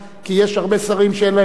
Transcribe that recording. יש הרבה שרים שאין להם זמן,